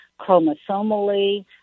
chromosomally